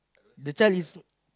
the child is